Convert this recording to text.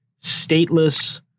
stateless